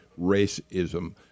racism